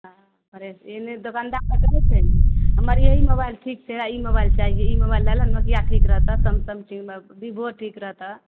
आओर फ्रेश ई ने दोकानदार तऽ करय छै हमर यही मोबाइल ठीक छै हमरा ई मोबाइल चाहिए ई मोबाइल लेलऽ नोकिया ठीक रहतऽ समसन बिभो ठीक रहत